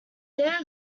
there